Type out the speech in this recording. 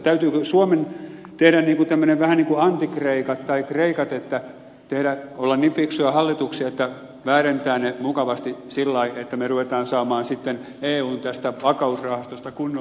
täytyykö suomen tehdä vähän niin kuin antikreikat tai kreikat täytyykö olla niin fiksuja hallituksia että väärennetään ne mukavasti sillä lailla että me rupeamme saamaan sitten tästä eun vakausrahastosta kunnolla rahaa